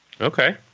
Okay